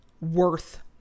worth